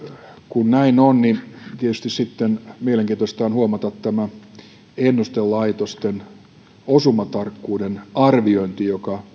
kun näin on niin tietysti sitten mielenkiintoista on huomata tämä ennustelaitosten osumatarkkuuden arviointi joka